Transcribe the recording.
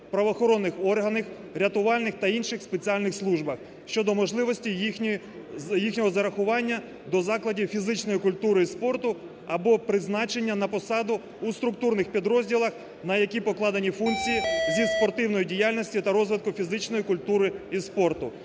правоохоронних органів, рятувальних та інший спеціальних службах щодо можливості їхнього зарахування до закладу фізичної культури і спорту або призначення на посаду у структурних підрозділах, на які покладені функції зі спортивної діяльності та розвитку фізичної культури і спорту.